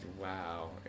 wow